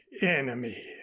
enemy